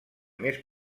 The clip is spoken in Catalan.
més